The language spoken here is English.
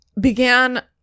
began